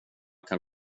kan